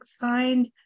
find